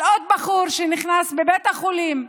על עוד בחור שנכנס לבית החולים,